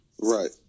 Right